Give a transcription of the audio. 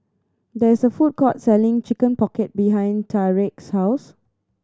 there is a food court selling Chicken Pocket behind Tarik's house